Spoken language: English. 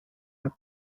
and